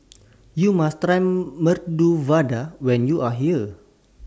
YOU must Try Medu Vada when YOU Are here